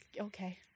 Okay